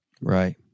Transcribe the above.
Right